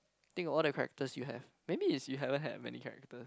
think of all the characters you have maybe is you haven't had many characters